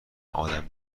آدم